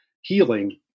healing